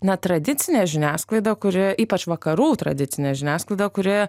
na tradicinė žiniasklaida kurioje ypač vakarų tradicinė žiniasklaida kurioje